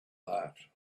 that